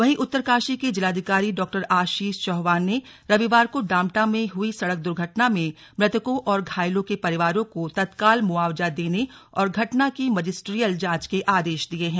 वहीं उत्तरकाशी के जिलाधिकारी डॉ आशीष चौहान ने रविवार को डामटा में हुई सड़क दुर्घटना में मृतकों और घायलों के परिवारों को तत्काल मुआवजा देने और घटना की मजिस्ट्रीयल जांच के आदेश दिये हैं